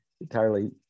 entirely